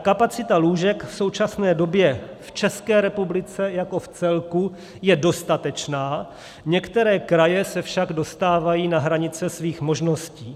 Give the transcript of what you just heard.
Kapacita lůžek je v současné době v České republice vcelku dostatečná, některé kraje se však dostávají na hranice svých možností.